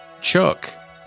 Chuck